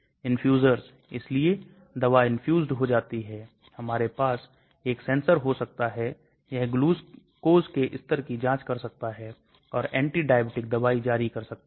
तो यह एक बहुत ही दिलचस्प स्लाइड है हमारे पास जैविक व्यवस्था में pharmacokinetics विषाक्तता निकासी half life बायोअवेलेबिलिटी LD50 है